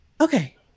Okay